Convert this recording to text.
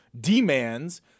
demands